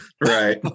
Right